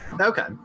Okay